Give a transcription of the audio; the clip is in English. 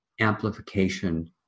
amplification